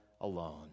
alone